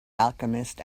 alchemist